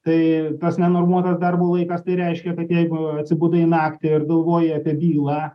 tai tas nenormuotas darbo laikas tai reiškia kad jeigu atsibudai naktį ir galvoji apie bylą